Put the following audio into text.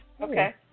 Okay